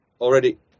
already